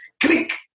click